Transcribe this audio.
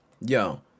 Yo